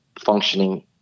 functioning